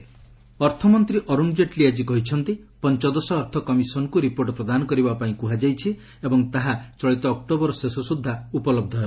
LS Jaitley ଅର୍ଥମନ୍ତ୍ରୀ ଅରୁଣ ଜେଟଲୀ ଆଜି କହିଛନ୍ତି ପଞ୍ଚଦଶ ଅର୍ଥ କମିଶନକୁ ରିପୋର୍ଟ ପ୍ରଦାନ କରିବା ପାଇଁ କୁହାଯାଇଛି ଏବଂ ତାହା ଚଳିତ ଅକ୍ଟୋବର ଶେଷ ସୁଦ୍ଧା ଉପଲହ୍ଧ ହେବ